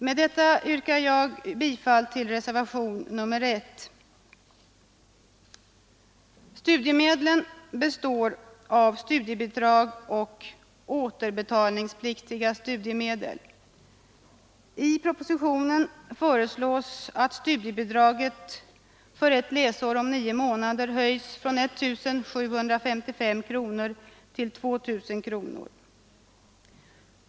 Med det nu anförda yrkar jag bifall till reservationen 1. Studiemedlen består av studiebidrag och återbetalningspliktiga studiemedel. I propositionen föreslås att studiebidraget för ett läsår om nio månader höjs från 1 755 kronor till 2 000 kronor.